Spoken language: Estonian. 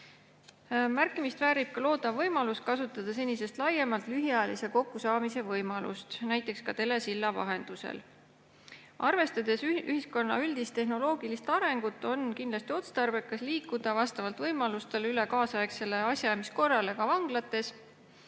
Märkimist väärib ka loodav võimalus kasutada senisest laiemalt lühiajalise kokkusaamise võimalust näiteks telesilla vahendusel. Arvestades ühiskonna üldist tehnoloogilist arengut, on kindlasti otstarbekas liikuda vastavalt võimalustele üle kaasaegsele asjaajamiskorrale ka vanglates.